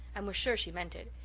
and was sure she meant it.